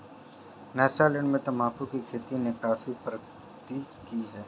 Nyasaland में तंबाकू की खेती ने काफी प्रगति की है